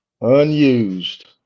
Unused